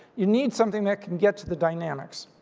you need something that can get to the dynamics.